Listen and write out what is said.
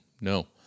no